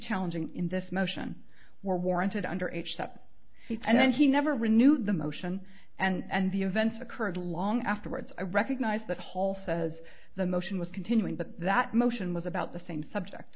challenging in this motion were warranted under aged up and then he never renewed the motion and the events occurred long afterwards i recognize that hall says the motion was continuing but that motion was about the same subject